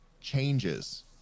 changes